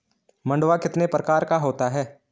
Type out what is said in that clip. मंडुआ कितने प्रकार का होता है?